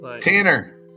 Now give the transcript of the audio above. Tanner